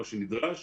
מה שנדרש.